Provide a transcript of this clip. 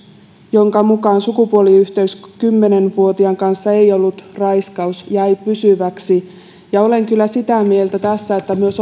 jonka mukaan sukupuoliyhteys kymmenen vuotiaan kanssa ei ollut raiskaus jäi pysyväksi olen kyllä sitä mieltä tässä että myös